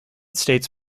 states